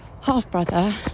half-brother